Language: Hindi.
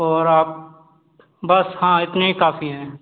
और आप बस हाँ इतने ही काफ़ी हैं